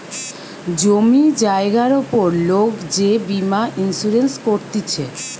জমি জায়গার উপর লোক যে বীমা ইন্সুরেন্স করতিছে